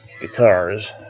Guitars